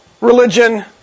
religion